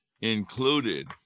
included